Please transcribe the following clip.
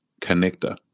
connector